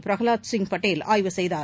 பிரகலாத் சிங் படேல் ஆய்வு செய்தார்